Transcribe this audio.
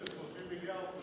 הם לא יודעים לפרגן.